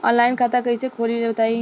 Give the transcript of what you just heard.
Online खाता कइसे खोली बताई?